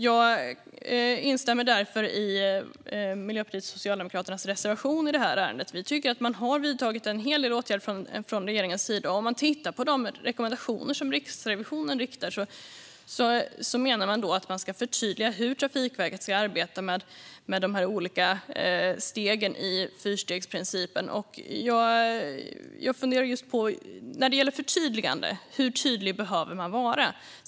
Jag instämmer därför i Miljöpartiets och Socialdemokraternas reservation i det här ärendet. Vi tycker att regeringen har vidtagit en hel del åtgärder. Riksrevisionens menar i sina rekommendationer att det ska förtydligas hur Trafikverket ska arbeta med de olika stegen i fyrstegsprincipen. När det gäller förtydligande undrar jag hur tydlig man behöver vara.